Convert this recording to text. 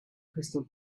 crystal